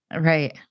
Right